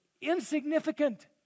insignificant